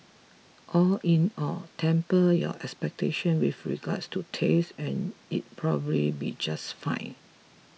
all in all temper your expectation with regards to taste and it'll probably be just fine